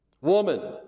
woman